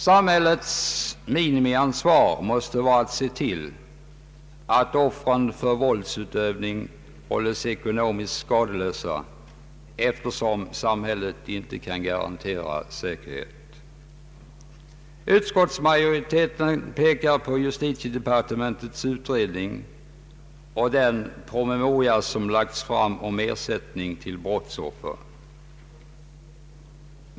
Samhällets minimiansvar måste vara att se till att offren för våldsutövning hålles ekonomiskt skadeslösa, eftersom samhället inte kan garantera säkerhet. Utskottsmajoriteten pekar på justitiedepartementets utredning och den promemoria som lagts fram om ersättning till brottsoffer.